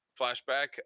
flashback